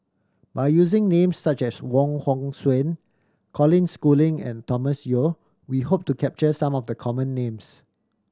by using names such as Wong Hong Suen Colin Schooling and Thomas Yeo we hope to capture some of the common names